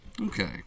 Okay